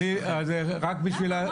אני מקווה שהציבור בבית מבין,